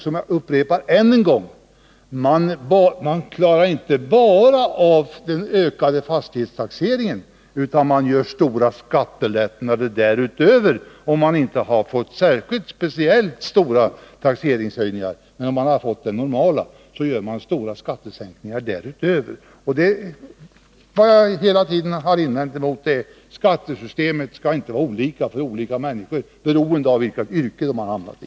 Jag upprepar än en gång: Man klarar inte bara av den ökade fastighetstaxeringen, utan man får stora skattelättnader därutöver, om man inte har fått speciella stora taxeringshöjningar utan har de normala. Vad jag hela tiden har understrukit är att skattesystemet inte skall vara olika för olika människor, beroende på vilket yrke de har hamnat i.